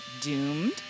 doomed